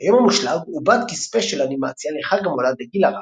"היום המושלג" עובד כספיישל אנימציה לחג המולד לגיל הרך